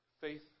faith